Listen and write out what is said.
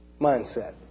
mindset